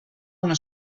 una